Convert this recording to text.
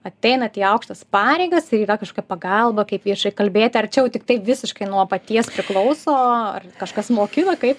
ateinat į aukštas pareigas ir yra kažkokia pagalba kaip viešai kalbėti ar čia jau tiktai visiškai nuo paties priklauso ar kažkas mokina kaip